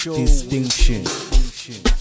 distinction